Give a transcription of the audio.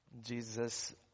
Jesus